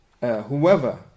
whoever